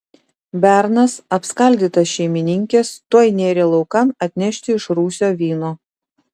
bernas apskaldytas šeimininkės tuoj nėrė laukan atnešti iš rūsio vyno